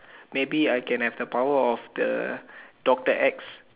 maybe I can have the power of the doctor